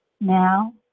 now